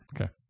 Okay